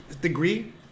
degree